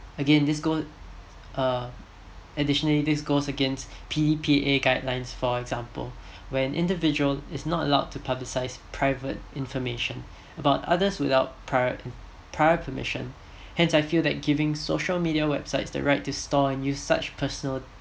again this go~ uh additionally this goes against P_D_P_A guidelines for example when individual is not allowed to publicise private information about others without pri~ prior permission hence I feel that giving social media websites the right to store and use such personal